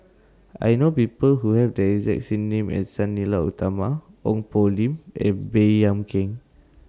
I know People Who Have The exact name as Sang Nila Utama Ong Poh Lim and Baey Yam Keng